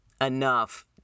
enough